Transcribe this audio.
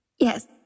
Yes